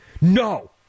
No